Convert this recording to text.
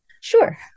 Sure